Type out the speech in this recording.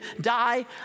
die